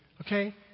okay